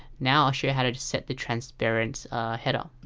now i'll show you how to to set the transparent header